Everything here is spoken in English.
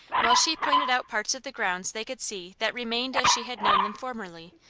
while she pointed out parts of the grounds they could see that remained as she had known them formerly,